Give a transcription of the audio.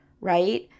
right